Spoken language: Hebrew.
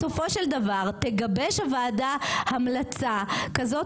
בסופו של דבר תגבש הוועדה המלצה כזאת